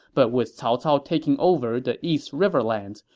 but with cao cao taking over the east riverlands,